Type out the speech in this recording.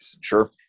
Sure